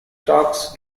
stocks